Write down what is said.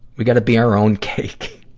we gotta be our own cake.